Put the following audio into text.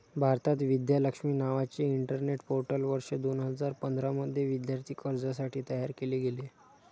भारतात, विद्या लक्ष्मी नावाचे internet portal वर्ष दोन हजार पंधरा मध्ये विद्यार्थी कर्जासाठी तयार केले गेले